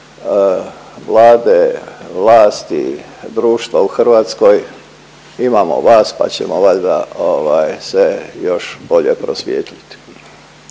Vlade, vlasti, društva u Hrvatskoj imamo vas pa ćemo valjda se još bolje prosvijetliti.